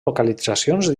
localitzacions